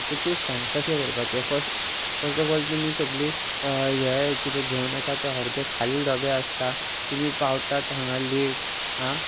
आतां तूंच सांग कशें करपाचे फर्स्ट फर्स्ट ऑफ ऑल तुमी सगळीं हें कितें घेवन येता ते अर्दे खाली डबे आसता तुमी पावतात हांगा लेट आं